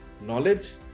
knowledge